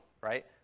right